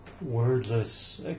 wordless